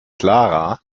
clara